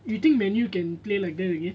you think man U can play like that again